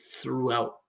throughout